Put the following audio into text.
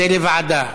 זה לוועדה,